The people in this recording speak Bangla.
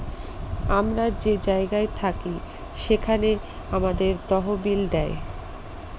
আমরা যে জায়গায় থাকি সেখানে আমাদের তহবিল দেয়